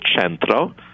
Centro